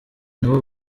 n’abo